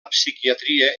psiquiatria